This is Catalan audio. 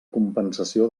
compensació